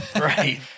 Right